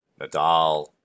Nadal